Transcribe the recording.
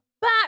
back